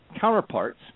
counterparts